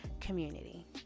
community